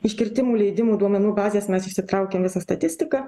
iš kirtimų leidimų duomenų bazės mes išsitraukėm visą statistiką